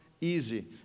easy